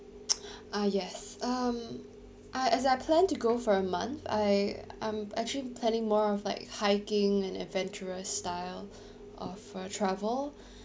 ah yes um I as I plan to go for a month I um actually planning more of like hiking and adventurous style of uh travel